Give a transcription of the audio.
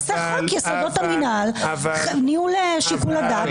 תעשה חוק יסודות המינהל (ניהול שיקול הדעת).